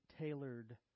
tailored